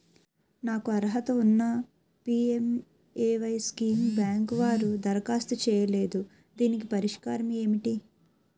నాకు అర్హత ఉన్నా పి.ఎం.ఎ.వై స్కీమ్ బ్యాంకు వారు దరఖాస్తు చేయలేదు దీనికి పరిష్కారం ఏమిటి?